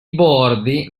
bordi